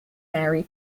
mary